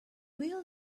will